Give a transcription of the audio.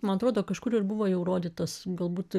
man atrodo kažkur ir buvo jau rodytas galbūt